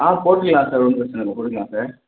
ஆ போட்டுக்கலாம் சார் ஒன்றும் பிரச்சின இல்லை கொடுக்குலாம் சார்